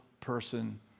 person